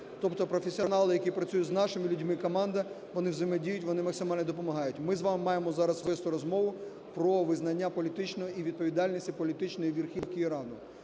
Тобто професіонали, які працюють з нашими людьми, і команда, вони взаємодіють, вони максимально допомагають. Ми з вами маємо зараз вести розумову про визнання політичної і відповідальності політичної верхівки Ірану.